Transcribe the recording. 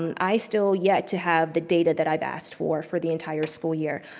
um i still yet to have the data that i've asked for for the entire school year.